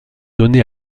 donné